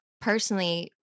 personally